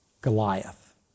Goliath